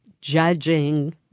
judging